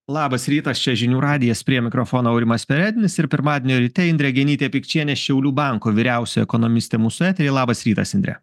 labas rytas čia žinių radijas prie mikrofono aurimas perednis ir pirmadienio ryte indrė genytė pikčienė šiaulių banko vyriausioji ekonomistė mūsų etery labas rytas indrę